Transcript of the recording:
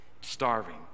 starving